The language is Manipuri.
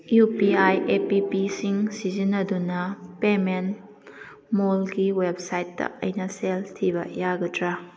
U P I A P ꯄꯤꯁꯤꯡ ꯁꯤꯖꯤꯟꯅꯗꯨꯅ ꯄꯦꯃꯦꯟ ꯃꯣꯜꯒꯤ ꯋꯦꯞꯁꯥꯏꯠꯇ ꯑꯩꯅ ꯁꯦꯜ ꯊꯤꯕ ꯌꯥꯒꯗ꯭ꯔ